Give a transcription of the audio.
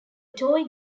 toy